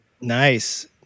Nice